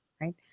right